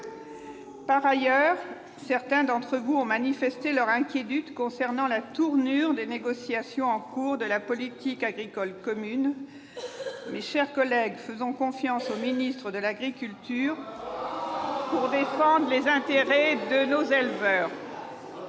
Par ailleurs, certains d'entre vous ont manifesté leur inquiétude concernant la tournure des négociations en cours de la politique agricole commune. Mes chers collègues, faisons confiance au ministre de l'agriculture pour défendre les intérêts de nos éleveurs